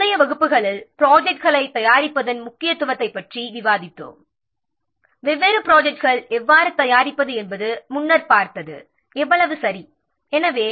முந்தைய வகுப்புகளில் திட்டங்களை தயாரிப்பதன் முக்கியத்துவத்தைப் பற்றி விவாதித்தோம் வெவ்வேறு ப்ராஜெக்ட்களை எவ்வாறு தயாரிப்பது என்பதையும் பார்த்தோம்